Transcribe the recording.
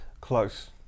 close